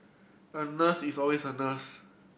a nurse is always a nurse